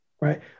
Right